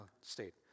state